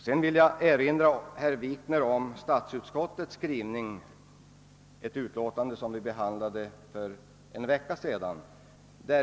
Vidare vill jag erinra herr Wikner om statsutskottets skrivning i ett utlåtande som behandlades för en vecka sedan.